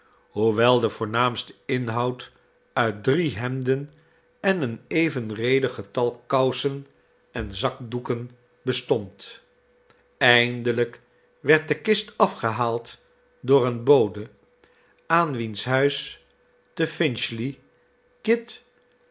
hoewel de voornaamste inhoud uit drie hemden en een evenredig getal kousen en zakdoeken bestond eindelijk werd de kist afgehaald door den bode aan wiens huis te finchley kit